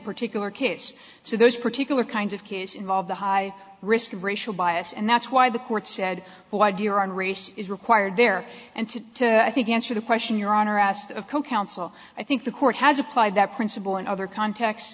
particular case so those particular kinds of cases involve the high risk of racial bias and that's why the court said why do your own race is required there and to i think answer the question your honor asked of co counsel i think the court has applied that principle in other contexts